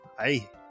Hey